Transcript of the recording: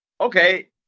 okay